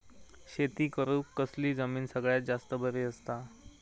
शेती करुक कसली जमीन सगळ्यात जास्त बरी असता?